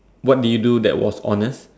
what do you do that was honest